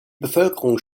bevölkerung